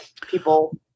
people